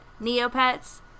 Neopets